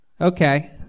Okay